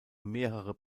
mehrere